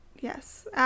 Yes